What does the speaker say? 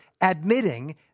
admitting